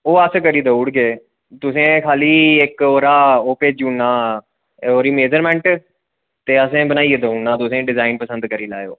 ओह् अस करी देई ओड़गे तुसें ओह्दा खाल्ली ओह् भेजना ओह्दी मेजरमेंट ते असें तुसें बनाई देई ओड़ना तुस डिजाईन बनाई लैयो